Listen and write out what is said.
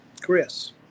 Chris